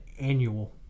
annual